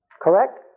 Correct